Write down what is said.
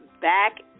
back